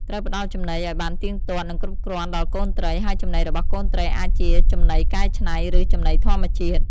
ត្រូវផ្តល់ចំណីឲ្យបានទៀងទាត់ និងគ្រប់គ្រាន់ដល់កូនត្រី ហើយចំណីរបស់កូនត្រីអាចជា ចំណីកែច្នៃ ឬ ចំណីធម្មជាតិ។